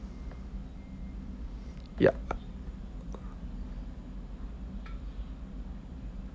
yup